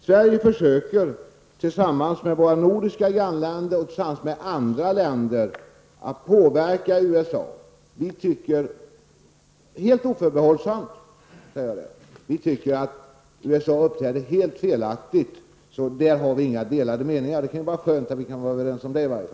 Sverige försöker tillsammans med våra nordiska grannländer och andra länder att påverka USA. Jag säger oförbehållsamt att vi anser att USA uppträder helt felaktigt. Där har vi inga delade meningar. Det vore skönt om vi i alla fall kunde vara överens om detta.